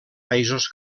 països